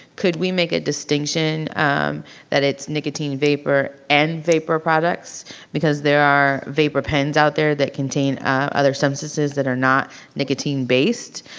could we make a distinction that it's nicotine and vapor and vapor products because there are vapor pens out there that contain other substances that are not nicotine based.